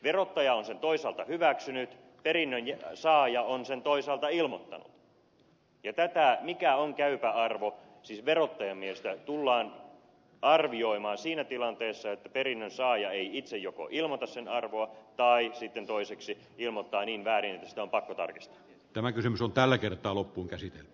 verottaja on sen toisaalta hyväksynyt perinnönsaaja on sen toisaalta ilmoittanut ja tätä mikä on käypä arvo siis verottajan mielestä tullaan arvioimaan siinä tilanteessa että perinnönsaaja ei itse joko ilmoita sen arvoa tai sitten toiseksi ilmoittaa niin väärin että sitä on pakko tarkistaa tämä kysymys on tällä kertaa loppuunkäsitelty